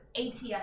ATF